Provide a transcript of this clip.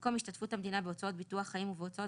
במקום השתתפות המדינה בהשתתפות ביטוח חיים ובהוצאות